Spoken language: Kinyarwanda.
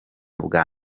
bwa